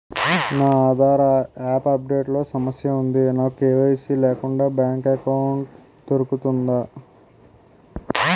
నా Aadhaar update లో సమస్య వుంది నాకు కే.వై.సీ లేకుండా బ్యాంక్ ఎకౌంట్దొ రుకుతుందా?